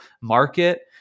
market